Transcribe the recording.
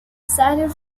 cider